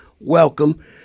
Welcome